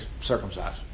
circumcised